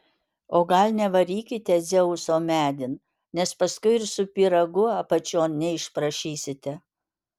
o gal nevarykite dzeuso medin nes paskui ir su pyragu apačion neišprašysite